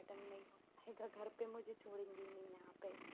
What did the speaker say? madam नहीं हो पाएगा घर पर मुझे छोड़ेंगे ही नहीं यहाँ पर